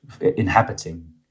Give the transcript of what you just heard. Inhabiting